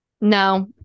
no